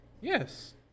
Yes